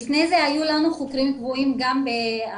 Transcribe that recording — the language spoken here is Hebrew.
לפני זה היו לנו חוקרים קבועים גם באשקלון.